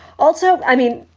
also, i mean,